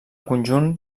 conjunt